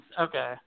Okay